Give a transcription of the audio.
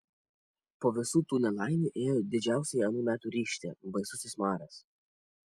po visų tų nelaimių ėjo didžiausioji anų metų rykštė baisusis maras